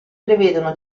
prevedono